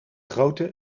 grote